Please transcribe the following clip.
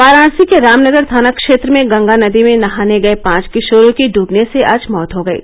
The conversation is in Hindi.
वाराणसी के रामनगर थाना क्षेत्र में गंगा नदी में नहाने गये पांच किशोरों की डूबने से आज मौत हो गयी